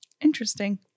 Interesting